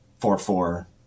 four-four